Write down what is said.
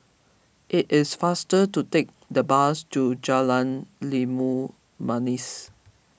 it is faster to take the bus to Jalan Limau Manis